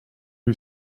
who